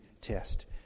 test